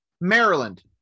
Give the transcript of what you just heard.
Maryland